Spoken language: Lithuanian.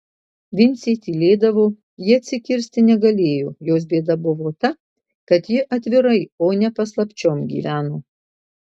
vincė tylėdavo ji atsikirsti negalėjo jos bėda buvo ta kad ji atvirai o ne paslapčiom gyveno